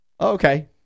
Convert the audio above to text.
Okay